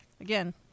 Again